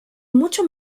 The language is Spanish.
mucho